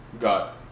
got